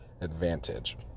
advantage